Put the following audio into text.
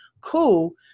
cool